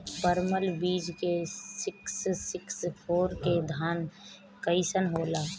परमल बीज मे सिक्स सिक्स फोर के धान कईसन होला?